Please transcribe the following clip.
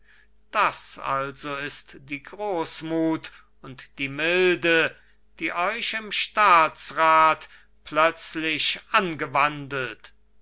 das also ist die großmut und die milde die euch im staatsrat plötzlich angewandelt